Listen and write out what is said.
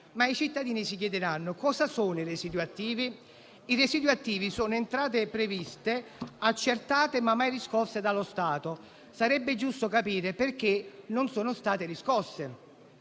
Ma i cittadini si chiederanno cosa sono i residui attivi. I residui attivi sono entrate previste, accertate ma mai riscosse dallo Stato. Sarebbe giusto capire perché tali somme non sono state riscosse